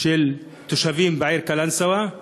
של תושבים, בעיר קלנסואה,